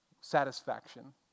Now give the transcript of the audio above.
satisfaction